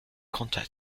contact